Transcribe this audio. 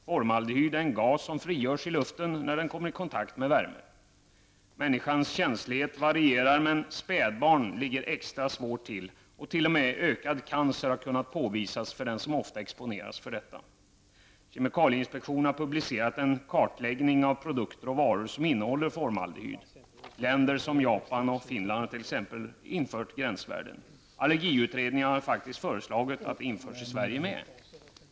Formaldehyd är en gas som frigörs i luften när den kommer i kontakt med värme. Människans känslighet varierar, men spädbarn ligger extra illa till. T.o.m. ökad cancer har kunnat påvisas för den som ofta exponeras för detta. Kemikalieinspektionen har publicerat en kartläggning av produkter och varor som innehåller formaldehyd. Länder som t.ex. Japan och Finland har därför infört gränsvärden. Allergiutredningen har faktiskt föreslagit att gränsvärden införs även i Sverige.